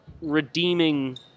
redeeming